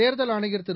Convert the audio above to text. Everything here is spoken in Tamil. தேர்தல் ஆணையர் திரு